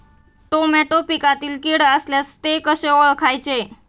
Tomato पिकातील कीड असल्यास ते कसे ओळखायचे?